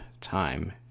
time